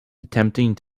attempting